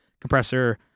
compressor